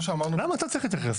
למה אתה צריך להתייחס?